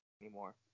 anymore